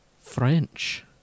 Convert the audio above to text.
French